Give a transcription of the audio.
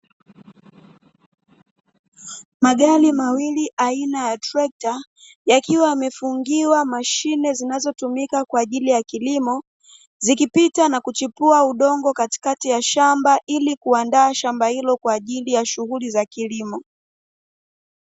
Magari mawili aina ya trekta, yakiwa yamefungiwa mashine zinazotumika kwa ajili ya kilimo, zikipita na kuchipua udongo katikati ya shamba ili kuandaa shamba hilo kwa ajili ya shughuli za kilimo.